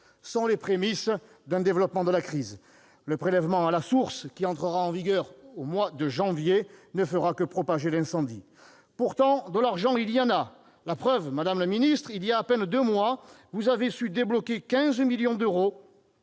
sont les prémices d'un développement de la crise. Le prélèvement à la source, qui entrera en vigueur au mois de janvier prochain, ne fera que propager l'incendie. Pourtant, de l'argent, il y en a ! À preuve, madame la ministre du travail, voilà à peine deux mois, vous avez su débloquer 15 millions d'euros